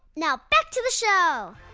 now back to the show